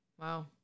wow